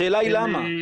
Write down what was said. השאלה היא למה.